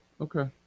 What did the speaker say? Okay